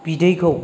बिदैखौ